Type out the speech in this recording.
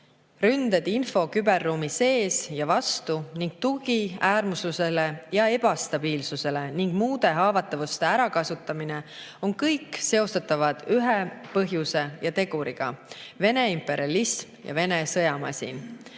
ründed info- ja küberruumi sees ja vastu ning tugi äärmuslusele ja ebastabiilsusele ning muude haavatavuste ärakasutamine on kõik seostatavad ühe põhjuse ja teguriga: Vene imperialism ja Vene sõjamasin. Ent